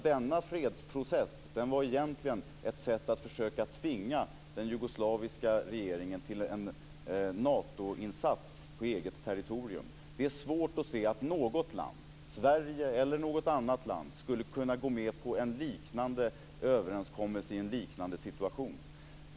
Den fredsprocessen var egentligen ett sätt att försöka tvinga den jugoslaviska regeringen att gå med på en Det är svårt att se att Sverige eller något annat land skulle kunna gå med på en liknande överenskommelse i en liknande situation.